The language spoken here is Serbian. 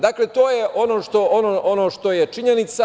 Dakle, to je ono što je činjenica.